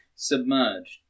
Submerged